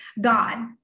God